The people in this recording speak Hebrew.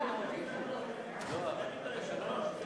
אבל לאחר ההצבעה, חברים.